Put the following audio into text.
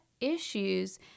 issues –